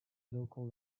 local